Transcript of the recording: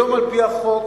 היום, על-פי החוק,